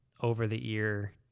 over-the-ear